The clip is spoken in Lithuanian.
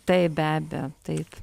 tai be abejo taip